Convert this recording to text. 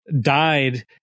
died